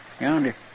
Yonder